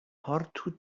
portu